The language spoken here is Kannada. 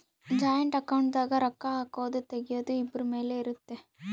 ಜಾಯಿಂಟ್ ಅಕೌಂಟ್ ದಾಗ ರೊಕ್ಕ ಹಾಕೊದು ತೆಗಿಯೊದು ಇಬ್ರು ಮೇಲೆ ಇರುತ್ತ